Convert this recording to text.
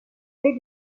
clés